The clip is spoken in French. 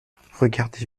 regardez